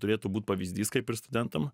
turėtų būt pavyzdys kaip ir studentam